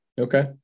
Okay